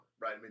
right